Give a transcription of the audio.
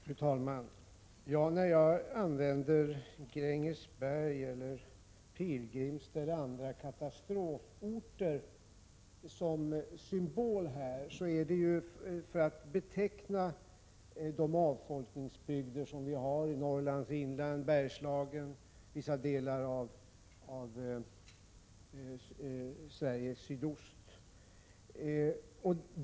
Fru talman! När jag använder Grängesberg, Pilgrimstad eller andra katastroforter som symbol är det för att beteckna de avfolkningsbygder vi har i Norrlands inland, Bergslagen och vissa delar av Sydostsverige.